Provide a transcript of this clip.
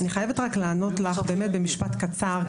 אני חייבת רק לענות לך באמת במשפט קצר,